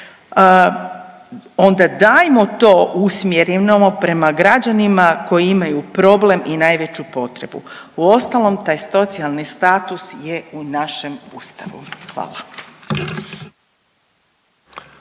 onda dajmo to usmjerimo prema građanima koji imaju problem i najveći potrebu. Uostalom, taj socijalni status je u našem Ustavu. Hvala.